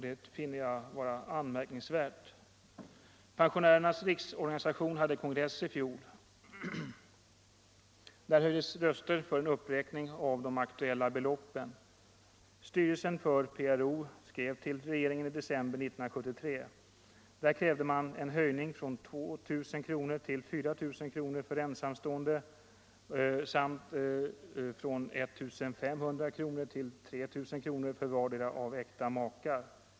Detta finner jag vara anmärkningsvärt. Pensionärernas riksorganisation hade kongress i fjol. Där höjdes röster för en uppräkning av de aktuella beloppen. Styrelsen för PRO tillskrev regeringen i december 1973 och krävde en höjning från 2000 kronor till 4 000 kronor för ensamstående samt från 1 500 kronor till 3 000 kronor för vardera av äkta makar.